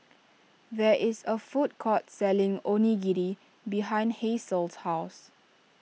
there is a food court selling Onigiri behind Hasel's house